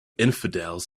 infidels